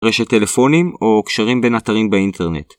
רשת טלפונים או קשרים בין אתרים באינטרנט